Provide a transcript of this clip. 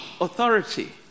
authority